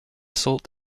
salt